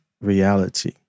reality